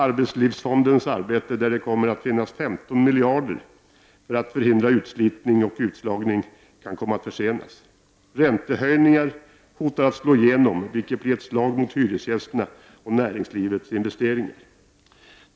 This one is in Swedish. — Arbetslivsfondens arbete — där det kommer att finnas 15 miljarder för att förhindra utslitning och utslagning — kan komma att försenas. — Räntehöjningar hotar att slå igenom, vilket blir ett slag mot hyresgästerna och näringslivets investeringar.